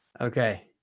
Okay